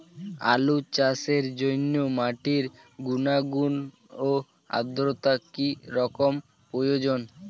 আলু চাষের জন্য মাটির গুণাগুণ ও আদ্রতা কী রকম প্রয়োজন?